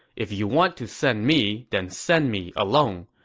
if you want to send me, then send me alone.